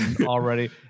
already